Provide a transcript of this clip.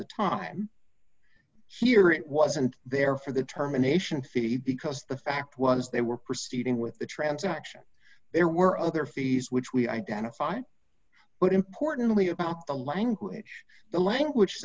the time here it wasn't there for the terminations feet because the fact was they were proceeding with the transaction there were other fees which we identified but importantly about the language the language